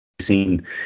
seen